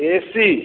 AC